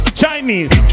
chinese